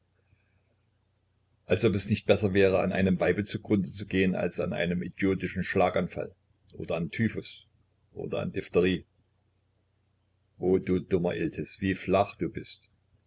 als ob es nicht besser wäre an einem weibe zu grunde gehen als an einem idiotischen schlaganfall oder an typhus oder an diphtherie oh du dummer iltis wie flach du bist